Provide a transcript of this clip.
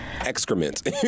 excrement